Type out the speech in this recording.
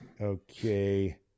Okay